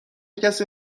کسی